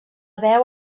veu